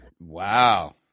Wow